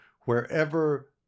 wherever